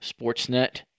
Sportsnet